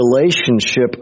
relationship